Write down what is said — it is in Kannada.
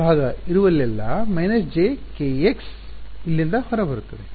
dx ಭಾಗ ಇರುವಲ್ಲೆಲ್ಲಾ jkx ಇಲ್ಲಿಂದ ಹೊರಬರುತ್ತದೆ